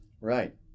Right